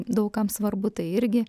daug kam svarbu tai irgi